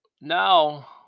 now